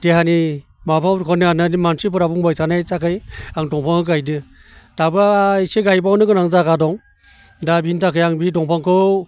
देहानि माबाफोरखौ नायनानै मानसिफोरा बुंबाय थानायनि थाखाय आं दंफांखौ गायदों दाबो इसे गायबावनो गोनां जायगा दं दा बेनि थाखाय आं बे दंफांखौ